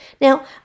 Now